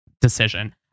decision